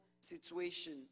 situation